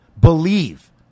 believe